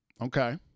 Okay